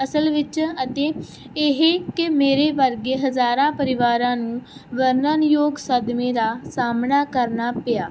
ਅਸਲ ਵਿੱਚ ਅਤੇ ਇਹ ਕਿ ਮੇਰੇ ਵਰਗੇ ਹਜ਼ਾਰਾਂ ਪਰਿਵਾਰਾਂ ਨੂੰ ਵਰਣਨਯੋਗ ਸਦਮੇ ਦਾ ਸਾਹਮਣਾ ਕਰਨਾ ਪਿਆ